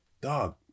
Dog